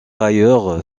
ailleurs